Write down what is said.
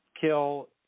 kill